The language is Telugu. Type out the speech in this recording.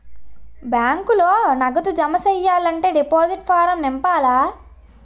బ్యాంకులో నగదు జమ సెయ్యాలంటే డిపాజిట్ ఫారం నింపాల